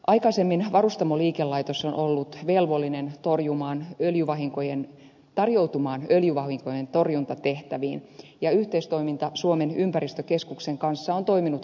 aikaisemmin varustamoliikelaitos on ollut velvollinen tarjoutumaan öljyvahinkojen torjuntatehtäviin ja yhteistoiminta suomen ympäristökeskuksen kanssa on toiminut asiallisesti